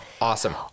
awesome